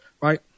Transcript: right